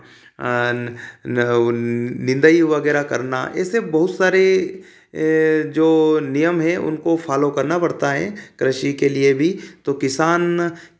निंदाई वगैरह करना ऐसे बहुत सारे जो नियम हैं उनको फॉलो करना पड़ता है कृषि के लिए भी तो किसान